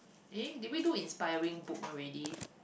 eh did we do inspiring book already